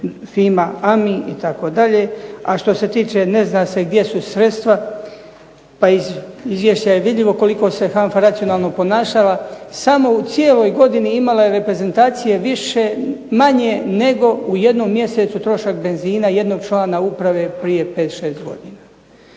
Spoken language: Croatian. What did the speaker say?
Fima Ami itd. A što se tiče ne zna se gdje su sredstva, pa iz izvješća je vidljivo koliko se HANFA racionalno ponašala samo u cijeloj godini imala je reprezentacije više-manje nego u jednom mjesecu troška benzina jednog člana uprave prije 5, 6 godina.